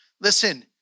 listen